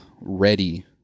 ready